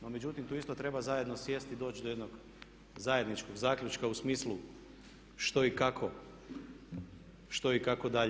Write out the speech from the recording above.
No međutim, tu isto treba zajedno sjesti i doći do jednog zajedničkog zaključka u smislu što i kako dalje.